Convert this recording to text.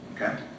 Okay